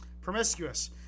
promiscuous